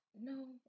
No